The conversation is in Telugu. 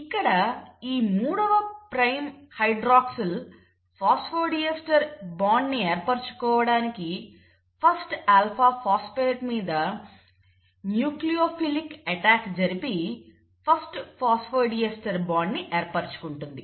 ఇక్కడ ఈ మూడవ ప్రైమ్ హైడ్రాక్సిల్ ఫాస్ఫోడీస్టర్ బాండ్ ని ఏర్పరుచుకోవడానికి ఫస్ట్ ఆల్ఫా ఫాస్పేట్ మీద న్యూక్లియోఫిలిక్ ఎటాక్ జరిపి ఫస్ట్ ఫాస్ఫోడీస్టర్ బాండ్ ను ఏర్పరచుకుంటుంది